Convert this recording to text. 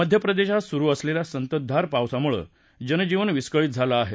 मध्यप्रदेशात सुरु असलेल्या संततधार पावसामुळे जनजीवन विस्कळीत झालआहे